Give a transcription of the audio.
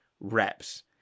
reps